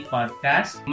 Podcast